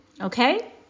Okay